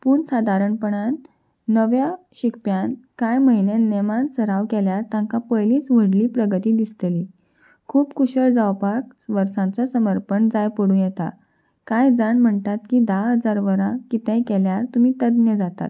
पूण सादारणपणान नव्या शिकप्यान कांय म्हयन्यांत नेमान सराव केल्यार तांकां पयलींच व्हडली प्रगती दिसतली खूब कुशळ जावपाक वर्सांचो समर्पण जाय पडूं येता कांय जाण म्हणटात की धा हजार वरां कितेंय केल्यार तुमी तज्ञ जातात